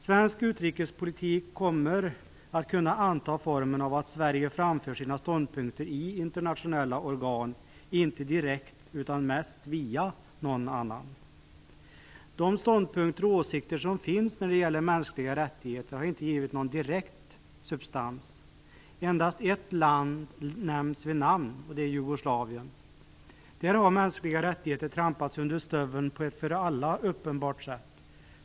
Svensk utrikespolitik kommer att kunna anta formen av att Sverige framför sina ståndpunkter i internationella organ, inte direkt utan mest via någon annan. De ståndpunkter och åsikter som finns när det gäller mänskliga rättigheter har inte givits någon direkt substans. Endast ett land nämns vid namn, och det är Jugoslavien. Där har mänskliga rättigheter trampats under stöveln på ett för alla uppenbart sätt.